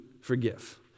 forgive